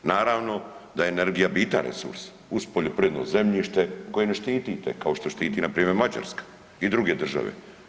Naravno da je energija bitan resurs, uz poljoprivredno zemljište koje ne štitite, kao što štiti npr. Mađarska i druge države.